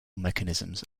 mechanisms